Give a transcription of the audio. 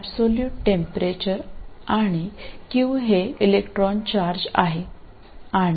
കേവല താപനിലയും q തീർച്ചയായും ഇലക്ട്രോൺ ചാർജ് ആണ്